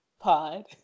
pod